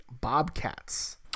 Bobcats